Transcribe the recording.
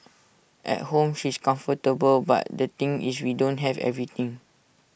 at home she's comfortable but the thing is we don't have everything